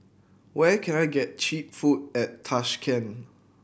where can I get cheap food at Tashkent